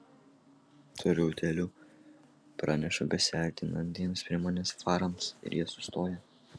turiu utėlių pranešu besiartinantiems prie manęs farams ir jie sustoja